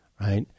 right